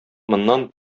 моннан